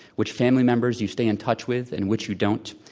which family members you stay in touch with and which you don't,